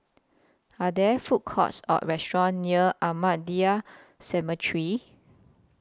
Are There Food Courts Or restaurants near Ahmadiyya Cemetery